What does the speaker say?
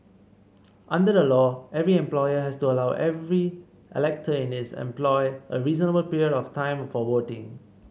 under the law every employer has to allow every elector in his employ a reasonable period of time for voting